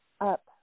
up